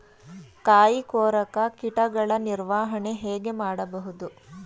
ಕಾಯಿ ಕೊರಕ ಕೀಟಗಳ ನಿರ್ವಹಣೆ ಹೇಗೆ ಮಾಡಬಹುದು?